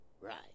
Right